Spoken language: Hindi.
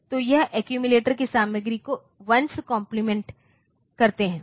तो यह एक्यूमिलेटर की सामग्री का 1's कॉम्प्लीमेंट करते है